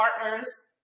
partners